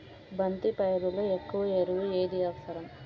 బంతి పైరులో ఎక్కువ ఎరువు ఏది అవసరం?